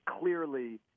clearly